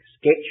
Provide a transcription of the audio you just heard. sketch